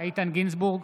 גינזבורג,